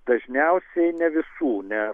dažniausiai ne visų nes